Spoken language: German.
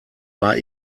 war